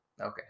Okay